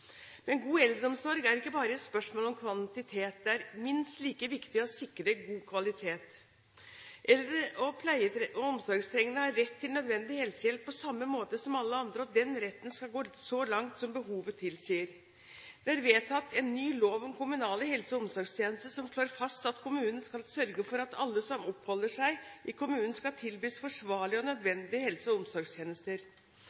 Men god eldreomsorg er ikke bare et spørsmål om kvantitet, det er minst like viktig å sikre god kvalitet. Eldre og pleie- og omsorgstrengende har rett til nødvendig helsehjelp på samme måte som alle andre, og den retten skal gå så langt som behovet tilsier. Det er vedtatt en ny lov om kommunale helse- og omsorgstjenester som slår fast at kommunen skal sørge for at alle som oppholder seg i kommunen, skal tilbys forsvarlige og